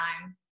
time